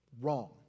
Wrong